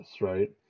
right